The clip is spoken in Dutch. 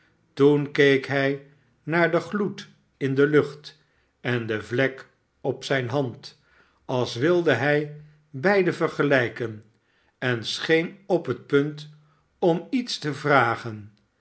toen keek hij naar den gloed in de lucht en de vlek op zijne hand als wilde hij beide vergelijken en scheen op het punt om iets te vragen